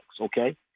Okay